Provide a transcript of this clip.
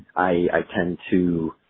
i tend to